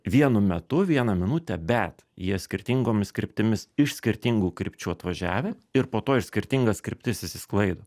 vienu metu vieną minutę bet jie skirtingomis kryptimis iš skirtingų krypčių atvažiavę ir po to į skirtingas kryptis išsisklaido